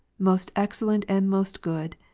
most excellent and most good,